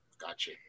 Gotcha